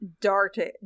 Darted